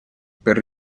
per